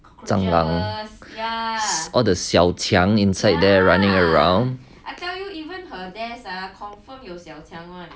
蟑螂 all the 小强 inside there running around